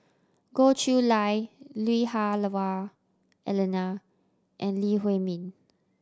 Goh Chiew Lye Lui Hah Wah Elena and Lee Huei Min